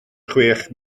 chwech